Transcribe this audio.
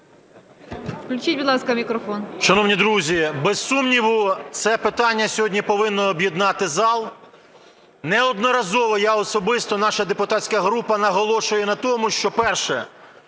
Включіть, будь ласка, мікрофон.